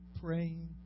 praying